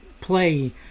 play